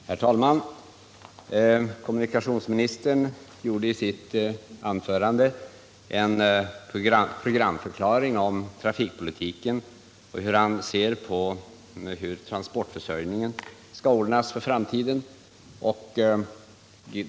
Herr talman! Kommunikationsministern gjorde i sitt anförande en programförklaring om trafikpolitiken och gav sin syn på hur transportförsörjningen skall ordnas för framtiden.